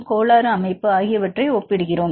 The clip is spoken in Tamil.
கோளாறு அமைப்பு ஆகியவற்றை ஒப்பிடுகிறோம்